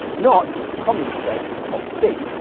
not the common mistake of c,